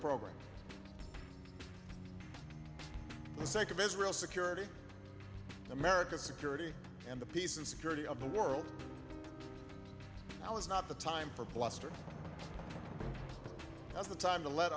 program the sake of israel's security america's security and the peace and security of the world i was not the time for bluster was the time to let